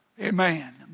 Amen